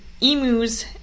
emus